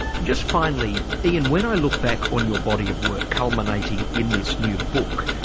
just finally ian, when i look back on your body of work culminating in this new book,